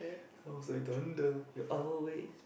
sounds like thunder your are ways